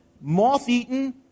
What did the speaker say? moth-eaten